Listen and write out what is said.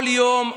כל יום,